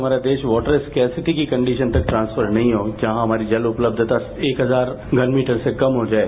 हमारा देश water scarcity की कंडीशन तक ट्रांसफर नहीं हो जहां हमारी जल उपलब्धता एक हजार घन मीटर से कम हो जाए